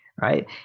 right